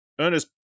Ernest